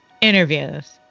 Interviews